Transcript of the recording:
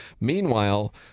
Meanwhile